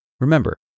Remember